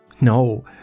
No